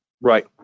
Right